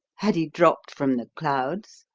had he dropped from the clouds?